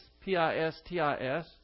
P-I-S-T-I-S